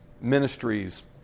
ministries